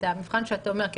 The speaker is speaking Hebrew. המבחן שאתה אומר.